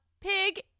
pig